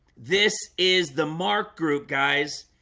this is the mark group guys,